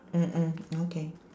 mm mm okay